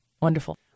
Wonderful